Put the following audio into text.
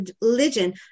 religion